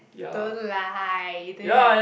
don't lie do you have